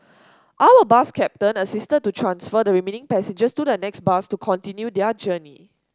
our bus captain assisted to transfer the remaining passengers to the next bus to continue their journey